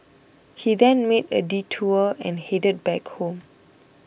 he then made a detour and headed back home